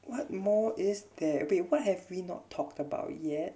what more is there wait what have we not talked about it yet